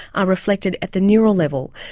are reflected at the neural level.